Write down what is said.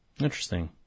Interesting